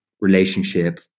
relationship